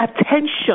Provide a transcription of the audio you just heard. attention